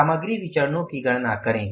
सामग्री विचरणो की गणना करें